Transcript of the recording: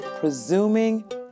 Presuming